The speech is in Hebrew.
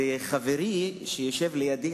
וחברי שיושב לידי,